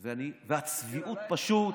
והצביעות, פשוט,